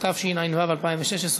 התשע"ו 2016,